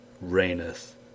reigneth